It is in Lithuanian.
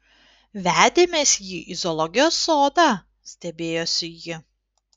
vedėmės jį į zoologijos sodą stebėjosi ji